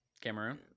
Cameroon